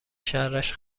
شرش